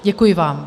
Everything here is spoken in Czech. Děkuji vám.